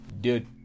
dude